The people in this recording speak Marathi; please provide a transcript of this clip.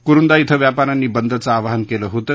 कुरुंदा ध्रिं व्यापाऱ्यांनी बंदचं आवाहन केलं होतं